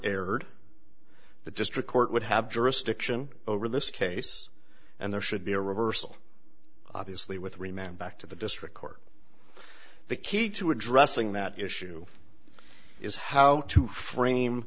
erred the district court would have jurisdiction over this case and there should be a reversal obviously with remember back to the district court the key to addressing that issue is how to frame